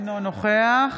אינו נוכח